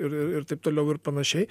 ir ir taip toliau ir panašiai